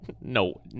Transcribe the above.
No